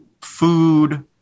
food